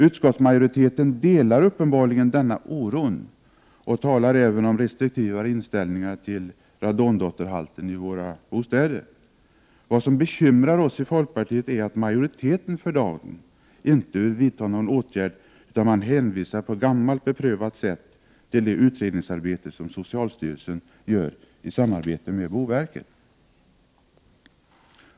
Utskottsmajoriteten delar uppenbarligen denna oro och talar även om restriktivare inställning till radondotterhalten i våra bostäder. Vad som bekymrar oss i folkpartiet är att majoriteten för dagen inte vill vidta någon åtgärd, utan man hänvisar på gammalt beprövat sätt till det utredningsarbete som socialstyrelsen gör i samarbete med boverket.